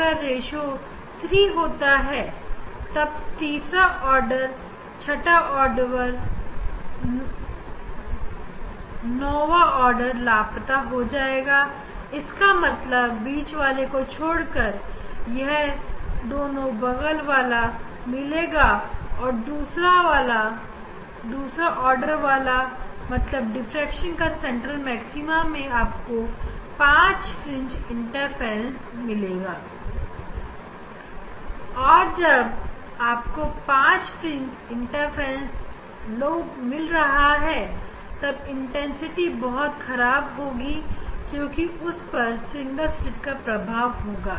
अगर रेश्यो 3 होता है तब तीसरा ऑर्डर छठवां ऑर्डर अनोवा आर्डर लापता हो जाएगा इसका मतलब है बीच वाले को छोड़कर यह दोनों बगल वाला मिलेगा दूसरा आर्डर पहला आर्डर मतलब डिफ्रेक्शन का सेंट्रल मैक्सिमा मैं आपको 5 fringe इंटरफ्रेंस मिलेगा और जब आपको पांच इंटरफेरेंस fringe lobe तरफ मिलेगा तब तीव्रता बहुत खराब होगी क्योंकि उस पर सिंगल स्लीट का प्रभाव होगा